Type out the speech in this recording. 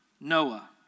Noah